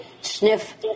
sniff